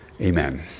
Amen